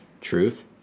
truth